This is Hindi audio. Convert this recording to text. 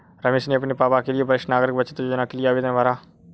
रमेश ने अपने पापा के लिए वरिष्ठ नागरिक बचत योजना के लिए आवेदन भरा